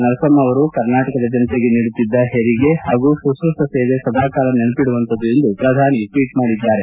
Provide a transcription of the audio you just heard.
ನರಸಮ್ನ ಅವರು ಕರ್ನಾಟಕದ ಜನತೆಗೆ ನೀಡುತ್ತಿದ್ದ ಹೆರಿಗೆ ಹಾಗೂ ಶುಶ್ರೂಷ ಸೇವೆ ಸದಾ ಕಾಲ ನೆನಪಿಡುವಂತದ್ದು ಎಂದು ಪ್ರಧಾನಿ ಟ್ವೀಟ್ ಮಾಡಿದ್ದಾರೆ